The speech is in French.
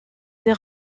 des